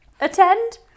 attend